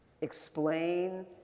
Explain